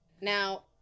Now